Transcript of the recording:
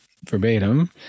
verbatim